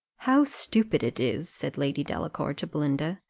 how stupid it is, said lady delacour to belinda,